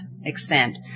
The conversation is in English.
extent